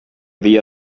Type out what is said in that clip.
dia